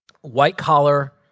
White-collar